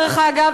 דרך אגב,